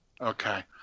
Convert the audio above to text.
okay